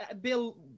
Bill